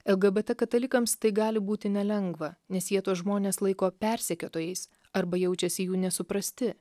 lgbt katalikams tai gali būti nelengva nes jie tuos žmones laiko persekiotojais arba jaučiasi jų nesuprasti